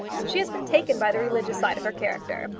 she has been taken by the religious side of her character,